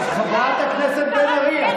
חברת הכנסת מירב בן ארי,